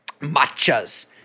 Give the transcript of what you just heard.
matchas